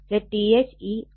ZTH ഈ 2